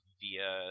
via